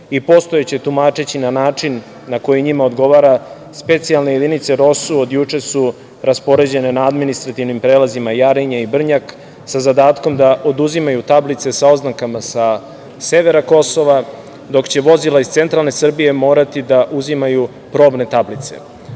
i postojeće tumačeći na način na koji njima odgovara, specijalne jedinice „Rosu“ od juče su raspoređen na administrativnim prelazima Jarinje i Brnjak, sa zadatkom da oduzimaju tablice sa oznakama sa severa Kosova, dok će vozila iz centralne Srbije morati da uzimaju probne